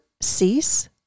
cease